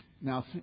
now